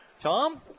Tom